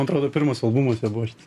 man atrodo pirmas albumas jo buvo šitas